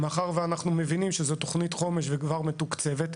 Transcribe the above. מאחר שאנחנו מבינים שזו תוכנית חומש וכבר מתוקצבת,